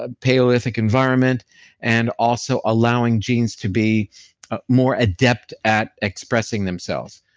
ah paleolithic environment and also allowing genes to be more adept at expressing themselves.